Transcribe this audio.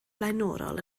flaenorol